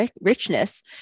richness